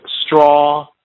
straw